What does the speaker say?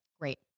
Great